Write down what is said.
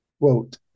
Quote